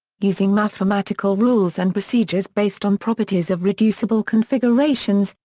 using mathematical rules and procedures based on properties of reducible configurations,